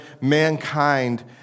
mankind